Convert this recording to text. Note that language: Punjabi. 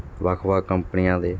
ਵੱਖ ਵੱਖ ਕੰਪਨੀਆਂ ਦੇ